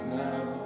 now